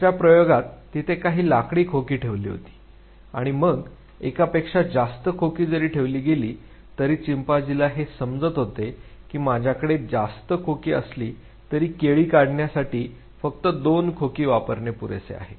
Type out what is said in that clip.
दुसर्या प्रयोगात तिथे काही लाकडी खोकी ठेवली होती आणि मग एकापेक्षा जास्त खोकी जरी ठेवली गेली तरी चिंपांझीला हे समजत होते की माझ्याकडे जास्त ख्की असली तरी केळी काढण्यासाठी फक्त दोन खोकी वापरणे पुरेसे आहे